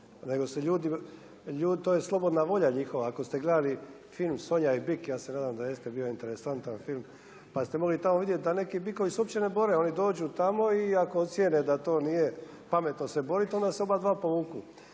to je slobodna volja njihova, ako ste film „Sonja i bik“, ja se nadam da jeste, bio je interesantan film, pa ste mogli tamo vidjeti da neki bikovi se uopće ne bore, ovi dođu tamo i ako ocijene da to nije pametno se boriti, onda se oba dva povuku.